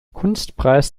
kunstpreis